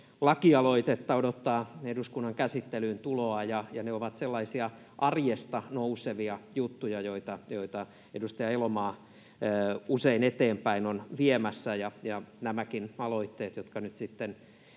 lakialoitetta odottaa eduskunnan käsittelyyn tuloa, ja ne ovat sellaisia arjesta nousevia juttuja, joita edustaja Elomaa usein on eteenpäin viemässä. Nämäkin aloitteet, jotka nyt sitten